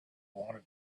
wanted